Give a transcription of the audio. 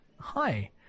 Hi